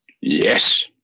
Yes